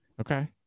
Okay